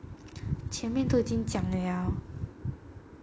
前面都已经讲了